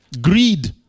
Greed